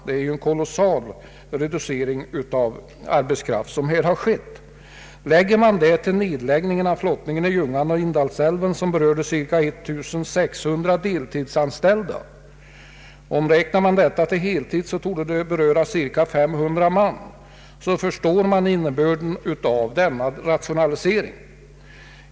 Det är en synnerligen stor reducering av arbetskraft som här skett. Lägger vi därtill nedläggningen av flottningen i Ljungan och Indalsälven, som berör cirka 1600 deltidsanställda — eller omräknat till heltidsanställda cirka 500 man — förstår vi innebörden av denna rationaliseringspro Cess.